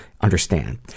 understand